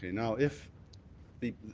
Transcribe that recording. now, if the